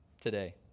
today